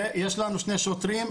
ויש לנו שני שוטרים.